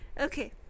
Okay